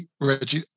Reggie